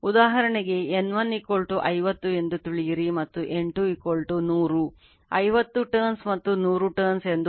ಉದಾಹರಣೆಗೆ N1 50 ಎಂದು ತಿಳಿಯಿರಿ ಮತ್ತು N2 100 50 turns ಎಂದು ಭಾವಿಸೋಣ